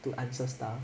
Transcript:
to answer stuff